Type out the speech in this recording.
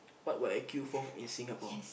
what would I queue for in Singapore